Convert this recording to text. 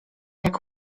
jak